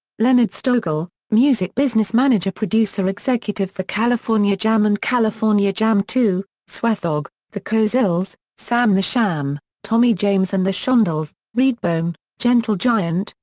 leonard stogel, music business managerproducer executive for california jam and california jam ii, sweathog, the cowsills, sam the sham, tommy james and the shondells, redbone, gentle giant,